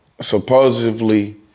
supposedly